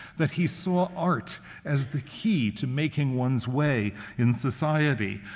that he saw art as the key to making one's way in society.